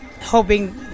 hoping